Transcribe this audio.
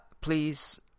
please